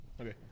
Okay